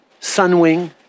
Sunwing